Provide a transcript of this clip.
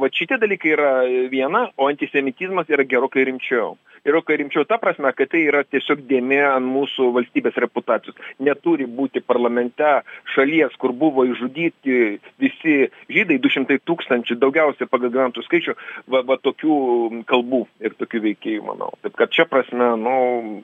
vat šitie dalykai yra viena o antisemitizmas yra gerokai rimčiau gerokai rimčiau ta prasme kad tai yra tiesiog dėmė ant mūsų valstybės reputacijos neturi būti parlamente šalies kur buvo išžudyti visi žydai du šimtai tūkstančių daugiausiai pagal gyventojų skaičių va va tokių kalbų ir tokių veikėjų manau kad šia prasme nu